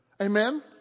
Amen